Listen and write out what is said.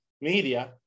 media